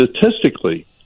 statistically